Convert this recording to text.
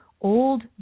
old